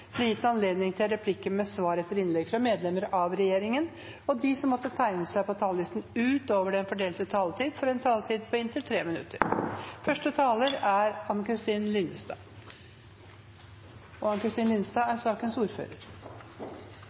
gitt anledning til replikker med svar etter innlegg fra medlemmer av regjeringen, og de som måtte tegne seg på talerlisten utover den fordelte taletid, får en taletid på inntil 3 minutter.